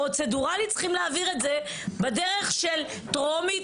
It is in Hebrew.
פרוצדורלית צריכים להעביר את זה בדרך של טרומית,